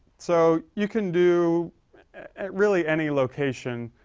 so you can do ah. really any location